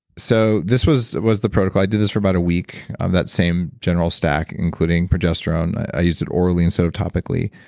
so this was was the protocol. i did this for about a week on that same general stack including progesterone. i used it orally instead of topically.